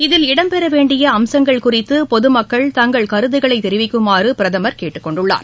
இதில் இடம்பெற வேண்டிய அம்சங்கள் குறித்து பொதுமக்கள் தங்கள் கருததுக்களைத் தெரிவிக்குமாறு பிரதமர் கேட்டுக் கொண்டுள்ளார்